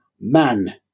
man